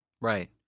Right